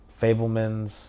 Fablemans